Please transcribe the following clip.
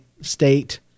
state